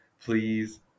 please